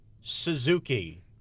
Suzuki